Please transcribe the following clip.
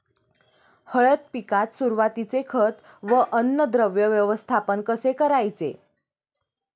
हळद पिकात सुरुवातीचे खत व अन्नद्रव्य व्यवस्थापन कसे करायचे?